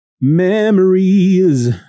memories